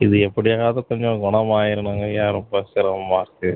இது எப்படியாவது கொஞ்சம் குணமாயிரணுங்கைய்யா ரொம்ப சிரமமாக இருக்கு